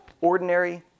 Ordinary